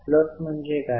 float म्हणजे काय